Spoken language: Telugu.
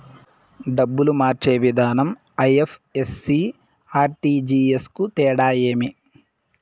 డబ్బులు మార్చే విధానం ఐ.ఎఫ్.ఎస్.సి, ఆర్.టి.జి.ఎస్ కు తేడా ఏమి?